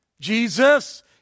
Jesus